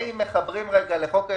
זה אם מחברים לחוק היסוד,